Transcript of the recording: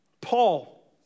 Paul